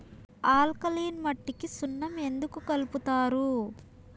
alkaline మట్టికి సున్నం ఎందుకు కలుపుతారు